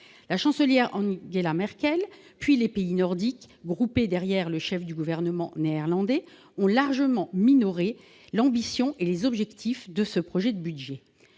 la chancelière en Nigel à Merkel puis les pays nordiques groupés derrière le chef du gouvernement néerlandais ont largement minoré l'ambition et les objectifs de ce projet de budget,